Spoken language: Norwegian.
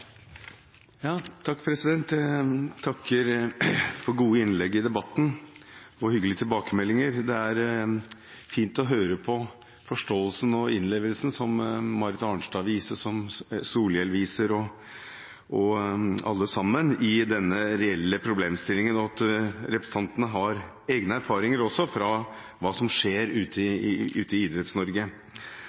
i debatten og hyggelige tilbakemeldinger. Det er fint å høre på forståelsen og innlevelsen som Marit Arnstad, Bård Vegar Solhjell og alle sammen viser i denne reelle problemstillingen, og at representantene også har egne erfaringer fra det som skjer ute i